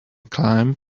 climb